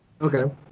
Okay